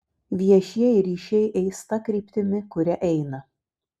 viešieji ryšiai eis ta kryptimi kuria eina